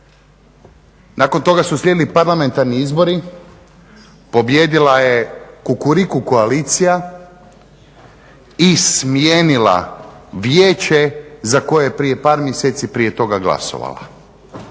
Nakon toga su slijedili parlamentarni izbori, pobijedila je Kukuriku koalicija i smijenila Vijeće za koje je prije par mjeseci prije toga glasovala.